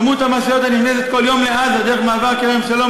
כמות המשאיות הנכנסת כל יום לעזה דרך מעבר כרם-שלום